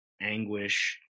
anguish